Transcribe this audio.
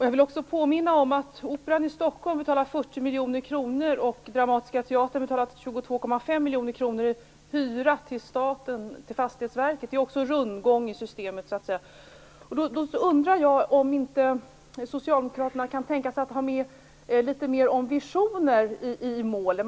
Jag vill också påminna om att Operan i Stockholm betalar 40 miljoner kronor och Dramatiska Teatern 22,5 miljoner kronor i hyra till staten, till Fastighetsverket. Det är också rundgång i systemet. Då undrar jag om inte socialdemokraterna kan tänka sig att ha med litet mer om visioner i målen.